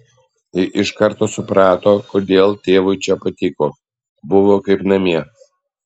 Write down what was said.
ji iš karto suprato kodėl tėvui čia patiko buvo kaip namie